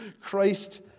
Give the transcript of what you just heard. Christ